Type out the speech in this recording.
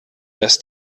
dass